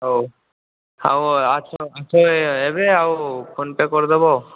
ହଉ ହଉ ଆସ ଆସ ଏବେ ଆଉ ଫୋନପେ କରିଦବ ଆଉ